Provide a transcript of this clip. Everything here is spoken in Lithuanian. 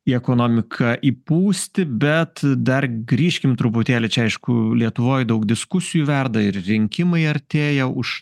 į ekonomiką įpūsti bet dar grįžkim truputėlį čia aišku lietuvoj daug diskusijų verda ir rinkimai artėja už